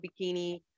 bikini